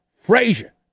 Frazier